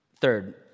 third